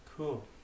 Cool